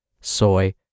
soy